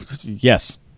yes